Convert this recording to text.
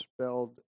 spelled